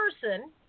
person